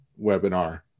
webinar